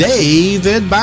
David